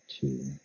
two